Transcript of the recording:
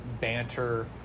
banter